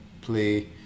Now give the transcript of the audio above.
play